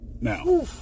Now